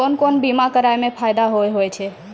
कोन कोन बीमा कराबै मे फायदा होय होय छै?